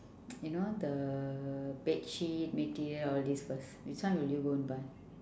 you know the bedsheet material all these first which one will you go and buy